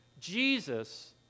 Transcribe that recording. Jesus